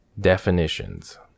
definitions